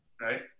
Right